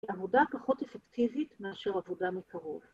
לעבודה פחות אפקטיבית מאשר עבודה מקרוב.